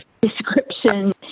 description